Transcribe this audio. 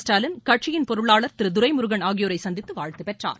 ஸ்டாலின் கட்சியின் பொருளாளார் திரு துரைமுருகன் ஆகியோரை சந்தித்து வாழ்த்து பெற்றார்